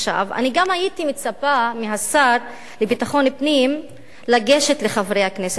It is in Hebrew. גם הייתי מצפה מהשר לביטחון פנים לגשת לחברי הכנסת הערבים,